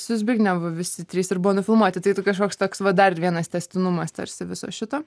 su zbignevu visi trys ir buvo nufilmuoti tai kažkoks toks va dar vienas tęstinumas tarsi viso šito